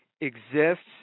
exists